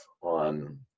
on